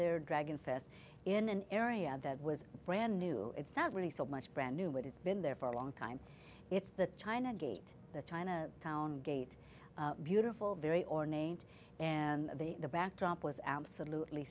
their dragon fest in an area that was brand new it's not really so much brand new but it's been there for a long time it's the china gate the china town gate beautiful very ornate and the backdrop was absolutely